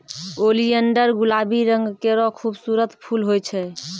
oleander गुलाबी रंग केरो खूबसूरत फूल होय छै